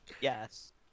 Yes